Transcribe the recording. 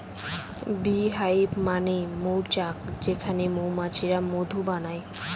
bee hive মানে মৌচাক যেখানে মৌমাছিরা মধু বানায়